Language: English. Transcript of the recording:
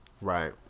Right